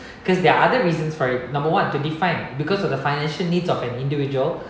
because there are other reasons for it number one to define because of the financial needs of an individual